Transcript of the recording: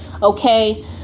Okay